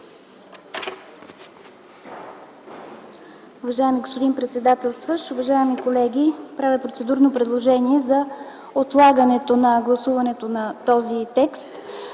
Уважаеми господин председателстващ, уважаеми колеги! Правя процедурно предложение за отлагане на гласуването на този текст,